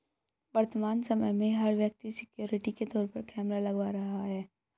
वर्तमान समय में, हर व्यक्ति सिक्योरिटी के तौर पर कैमरा लगवा रहा है